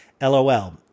lol